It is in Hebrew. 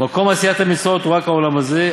ומקום עשיית המצוות הוא רק העולם הזה.